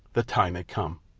the time had come!